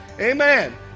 Amen